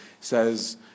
says